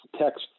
text